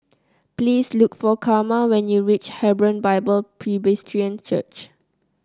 please look for Karma when you reach Hebron Bible Presbyterian Church